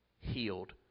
healed